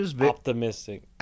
optimistic